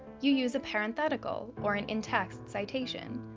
you use a parenthetical, or an in-text citation.